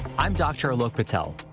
i'm dr. alok patel,